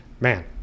man